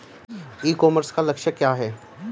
ई commerce का लक्ष्य क्या है?